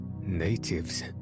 Natives